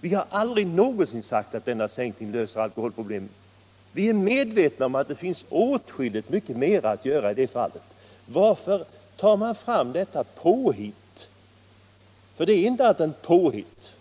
Vi har aldrig någonsin sagt att denna sänkning löser alkoholproblemet, utan vi är medvetna om att det finns åtskilligt mycket mera att göra i det fallet. Varför tar man fram detta påhitt, för det är inte någonting annat än ett påhitt?